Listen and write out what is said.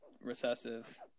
recessive